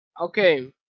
Okay